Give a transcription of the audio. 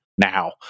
now